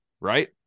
right